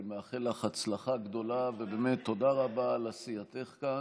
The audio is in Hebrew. ומאחל לך הצלחה גדולה ובאמת תודה רבה על עשייתך כאן.